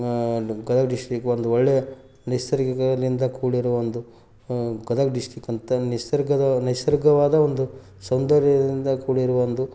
Gadag district ಒಂದು ಒಳ್ಳೆಯ ನೈಸರ್ಗಿಕದಿಂದ ಕೂಡಿರುವ ಒಂದು ಗದಗ ಡಿಸ್ಟಿಕ್ ಅಂತ ನಿಸರ್ಗದ ನೈಸರ್ಗಿಕವಾದ ಒಂದು ಸೌಂದರ್ಯದಿಂದ ಕೂಡಿರುವ ಒಂದು